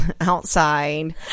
outside